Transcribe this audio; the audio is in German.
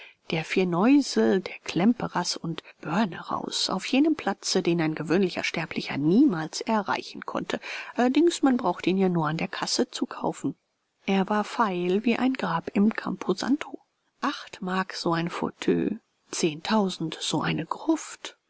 der firneusels der klemperers und der börneraus auf jenem platze den ein gewöhnlicher sterblicher niemals erreichen konnte allerdings man brauchte ihn ja nur an der kasse zu kaufen er war feil wie ein grab im camposanto acht mark so ein fauteuil zehntausend so eine gruft